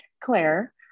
Claire